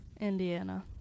Indiana